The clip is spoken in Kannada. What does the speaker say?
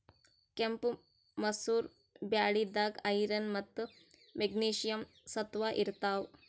ಕೆಂಪ್ ಮಸೂರ್ ಬ್ಯಾಳಿದಾಗ್ ಐರನ್ ಮತ್ತ್ ಮೆಗ್ನೀಷಿಯಂ ಸತ್ವ ಇರ್ತವ್